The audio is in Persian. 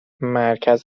مرکز